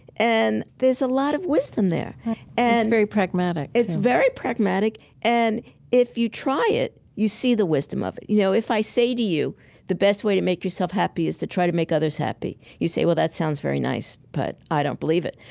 and there's a lot of wisdom there that's and very pragmatic, too it's very pragmatic and if you try it, you see the wisdom of it. you know, if i say to you the best way to make yourself happy is to try to make others happy, you say, well, that sounds very nice but i don't believe it.